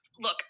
look